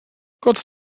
kurz